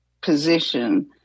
position